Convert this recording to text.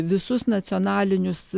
visus nacionalinius